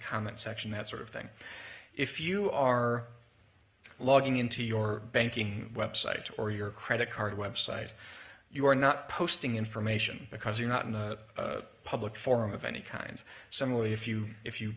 comment section that sort of thing if you are logging into your banking website or your credit card website you are not posting information because you're not in a public forum of any kind similarly if you if you